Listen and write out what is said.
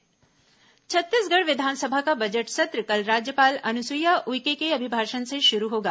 छग विस बजट सत्र छत्तीसगढ़ विधानसभा का बजट सत्र कल राज्यपाल अनुसुईया उइके के अभिभाषण से शुरू होगा